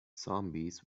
zombies